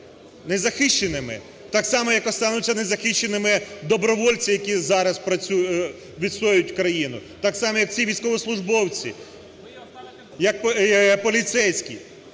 незахищеними так само, як остануться незахищеними добровольці, які зараз відстоюють країну, так само, як ці військовослужбовці, як поліцейські,